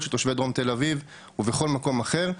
של תושבי דרום תל אביב ובכל מקום אחר,